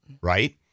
Right